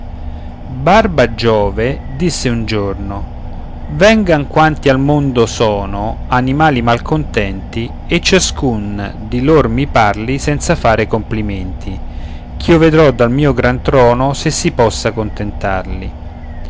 barba giove disse un giorno vengan quanti al mondo sono animali malcontenti e ciascun di lor mi parli senza fare complimenti ch'io vedrò dal mio gran trono se si possa contentarli